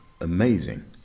amazing